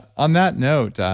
on that note,